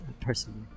personally